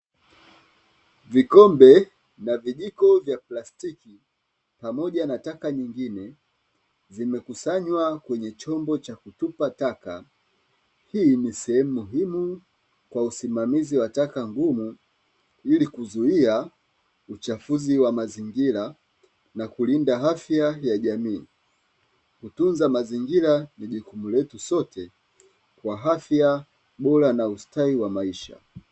Vikombe na vijiko vya plastiki pamoja na taka nyingine zikiwa zimekusanywa kwenye chombo cha kutupa taka, hii ni sehemu muhimu kwa usimamizi wa taka ngumu, ili kuzuia uchafuzi wa mazingira na kulinda afya ya jamii, kutunza mazingira ni jukumu letu sote kwa afya bora na ustawi wa maisha.